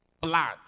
Blood